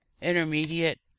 intermediate